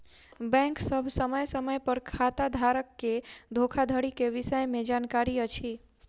bank सभ समय समय पर खाताधारक के धोखाधड़ी के विषय में जानकारी अछि